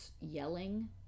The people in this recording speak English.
yelling